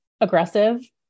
aggressive